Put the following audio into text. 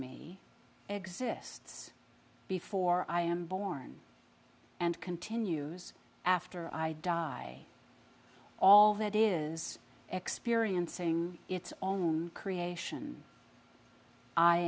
me exists before i am born and continues after i die all that is experiencing its own creation i